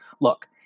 Look